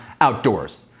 outdoors